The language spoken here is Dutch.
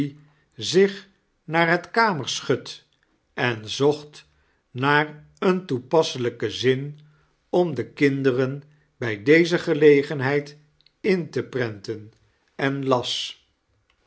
zich naar het kamerschut en zocht naar een toepasselqken zin om den kinderen bij deze gelegenheid in te prenten en las